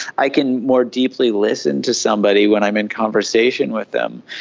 i can more deeply listen to somebody when i'm in conversation with them,